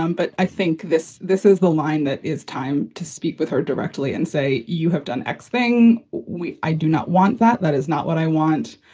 um but i think this this is the line that is time to speak with her directly and say you have done x thing. we do not want that. that is not what i want.